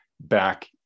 back